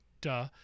duh